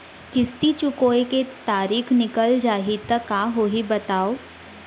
किस्ती चुकोय के तारीक निकल जाही त का होही बताव?